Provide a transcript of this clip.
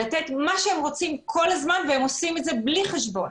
לתת מה שהם רוצים כל הזמן והם עושים את זה בלי חשבון.